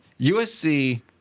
USC